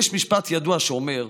יש משפט ידוע שאומר: